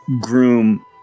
groom